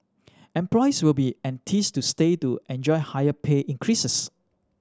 employees will be enticed to stay to enjoy higher pay increases